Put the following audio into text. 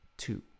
Two